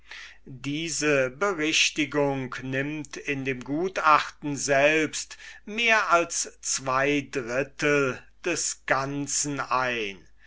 diese berichtigung nimmt in dem gutachten selbst mehr als zwei drittel des ganzen ein